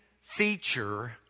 feature